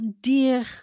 dear